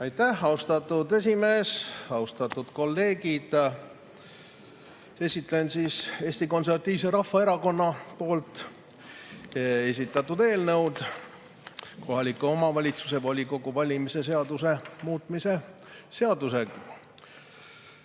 Aitäh, austatud esimees! Austatud kolleegid! Esitlen Eesti Konservatiivse Rahvaerakonna esitatud eelnõu kohaliku omavalitsuse volikogu valimise seaduse muutmiseks.